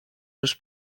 już